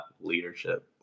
leadership